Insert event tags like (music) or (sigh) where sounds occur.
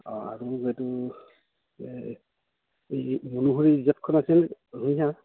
অঁ আৰু এইটো এই (unintelligible)